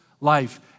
life